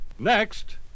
Next